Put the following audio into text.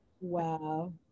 Wow